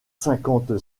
cinquante